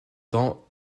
dans